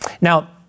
Now